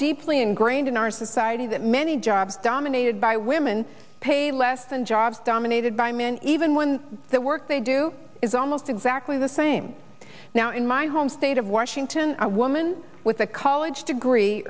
deeply ingrained in our society that many jobs dominated by women paid less than jobs dominated by men even when the work they do is almost exactly the same now in my home state of washington a woman with a college degree